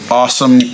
awesome